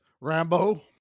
Rambo